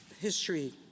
history